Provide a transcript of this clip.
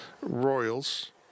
Royals